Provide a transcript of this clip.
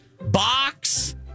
box